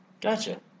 Gotcha